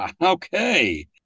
Okay